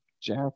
Jack